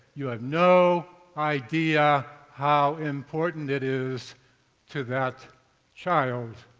you have no idea how important it is to that child.